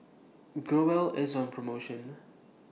Growell IS on promotion